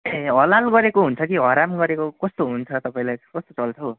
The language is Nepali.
ए हलाल गरेको हुन्छ कि हराम गरेको कस्तो हुन्छ तपाईँलाई कस्तो चल्छ हौ